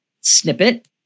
snippet